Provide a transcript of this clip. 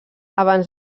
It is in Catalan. abans